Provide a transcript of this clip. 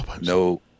No